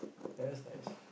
that is nice